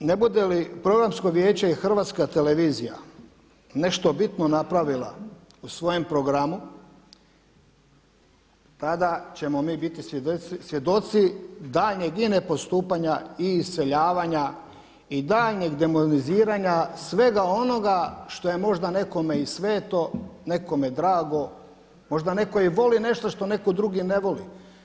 Dakle ne bude li Programsko vijeće i Hrvatska televizija nešto bitno napravila u svojem programu tada ćemo mi biti svjedoci daljnjeg i ne postupanja i iseljavanja i daljnjeg demoliziranja svega onoga što je možda nekome i sveto, nekome drago, možda neko i voli nešto što neko drugi ne voli.